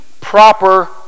proper